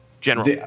General